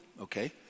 okay